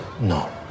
no